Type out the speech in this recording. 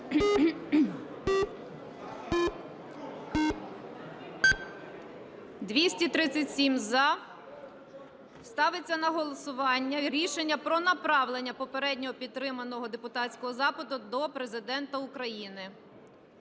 За-237 Ставиться на голосування рішення про направлення попередньо підтриманого депутатського запиту до Президента України.